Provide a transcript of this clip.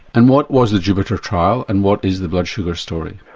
and what was the jupiter trial and what is the blood sugar story?